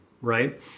right